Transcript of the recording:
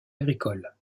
agricole